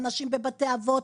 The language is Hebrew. אנשים בבתי אבות,